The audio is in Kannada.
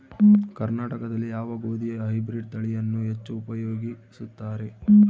ಕರ್ನಾಟಕದಲ್ಲಿ ಯಾವ ಗೋಧಿಯ ಹೈಬ್ರಿಡ್ ತಳಿಯನ್ನು ಹೆಚ್ಚು ಉಪಯೋಗಿಸುತ್ತಾರೆ?